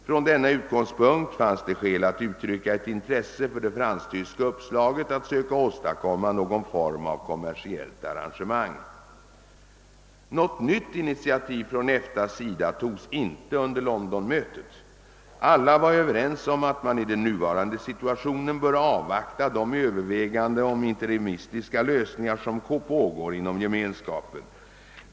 Från denna utgångspunkt fanns det skäl att uttrycka ett intresse för det fransk-tyska uppslaget att söka åstadkomma någon form av kommersiellt arrangemang. Något nytt initiativ från EFTA:s sida togs inte under Londonmötet. Alla var överens om att man i den nuvarande situation bör avvakta de överväganden om interimistiska lösningar som pågår inom Gemenskapen.